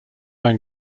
own